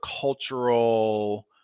cultural